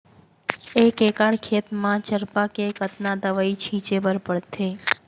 एक एकड़ खेत म चरपा के कतना दवई छिंचे बर पड़थे?